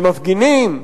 של מפגינים,